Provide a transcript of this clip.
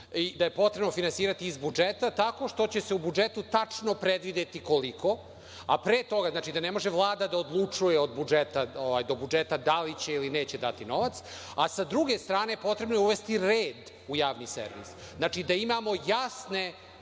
iz takse. Potrebno je finansirati iz budžeta tako što će se u budžetu tačno predvideti koliko, a pre toga, znači, da ne može Vlada da odlučuje od budžeta do budžeta da li će ili neće dati novac, a sa druge strane, potrebno je uvesti red u Javni servis. Znači, da imamo jasne